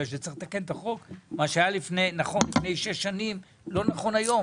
כי מה שהיה נכון לפני שש שנים לא נכון היום.